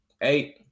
Eight